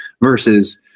versus